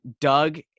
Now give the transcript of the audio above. doug